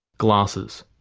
glasses.